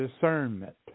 discernment